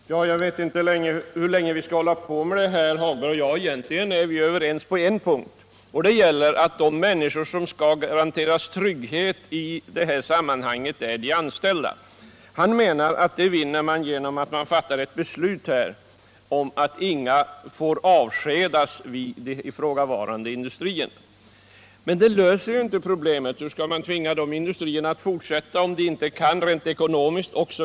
Herr talman! Jag vet inte hur länge herr Hagberg och jag skall hålla på med detta. Egentligen är vi överens på en punkt, och den gäller att de människor som skall garanteras trygghet i detta sammanhang är de anställda. Han menar att man vinner detta genom att här fatta ett beslut om att ingen får avskedas vid den ifrågavarande industrin. Men det löser ju inte problemet. Hur skall man kunna tvinga dessa industrier att fortsätta om de inte kan det rent ekonomiskt?